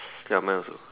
ya mine also